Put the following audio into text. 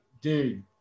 dude